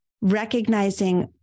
recognizing